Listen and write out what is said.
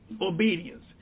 Obedience